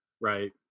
right